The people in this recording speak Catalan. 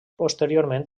posteriorment